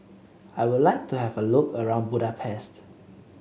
I would like to have a look around Budapest